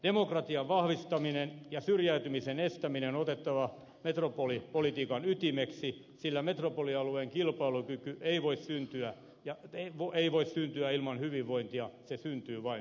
demokratian vahvistaminen ja syrjäytymisen estäminen on otettava metropolipolitiikan ytimeksi sillä metropolialueen kilpailukyky ei voi syntyä ja tervo ei voi tyytyä ilman hyvinvointia se syntyy vain hyvinvoinnista